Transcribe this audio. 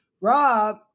Rob